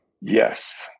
Yes